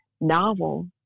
novel